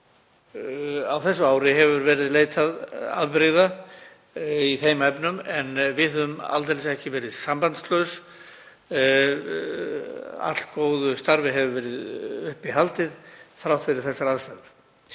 Á þessu ári hefur verið leitað afbrigða í þeim efnum en við höfum aldeilis ekki verið sambandslaus. Allgóðu starfi hefur verið uppi haldið þrátt fyrir þessar aðstæður.